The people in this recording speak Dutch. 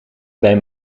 bij